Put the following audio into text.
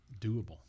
doable